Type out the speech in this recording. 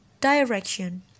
direction